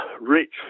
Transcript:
rich